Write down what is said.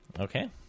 Okay